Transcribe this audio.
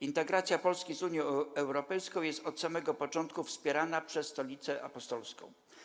Integracja Polski z Unią Europejską jest od samego początku wspierana przez Stolicę Apostolską'